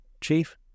Chief